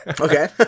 okay